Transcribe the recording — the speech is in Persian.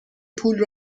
پول